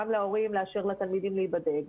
גם להורים לאפשר לתלמידים להיבדק,